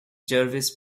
jervis